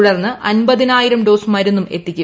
തുടർന്ന് അമ്പതിനായിരം ഡോസ് മരുന്നും എത്തുക്കും